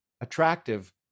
attractive